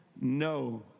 No